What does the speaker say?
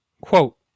quote